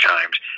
Times